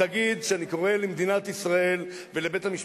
תגיד שאני קורא למדינת ישראל ולבית-המשפט